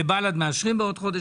לבל"ד בעוד חודש.